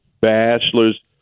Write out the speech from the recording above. bachelor's